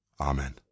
Amen